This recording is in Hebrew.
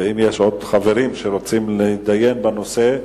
ואם יש חברים שרוצים להתדיין בנושא,